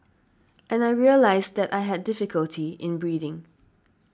and I realised that I had difficulty in breathing